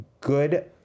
good